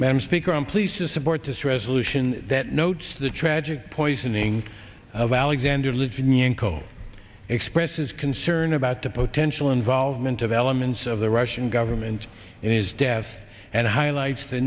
ma'am speaker i'm pleased to support this resolution that notes the tragic poisoning of alexander litvinenko expresses concern about the potential involvement of elements of the russian government in his death and highlights the